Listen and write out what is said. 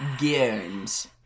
games